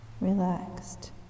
Relaxed